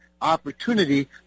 opportunity